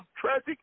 tragic